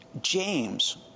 James